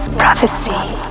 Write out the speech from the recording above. prophecy